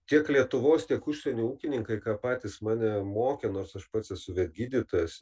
tiek lietuvos tiek užsienio ūkininkai patys mane mokė nors aš pats esu vet gydytojas